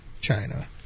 China